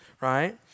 right